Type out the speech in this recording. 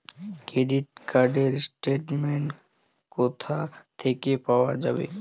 Credit card র statement কোথা থেকে পাওয়া যাবে?